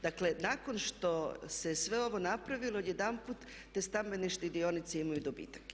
Dakle, nakon što se sve ovo napravilo odjedanput te stambene štedionice imaju dobitak.